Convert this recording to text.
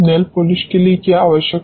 nail polish के लिए क्या आवश्यक है